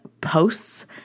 posts